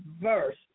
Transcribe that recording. verse